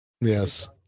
yes